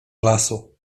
lasu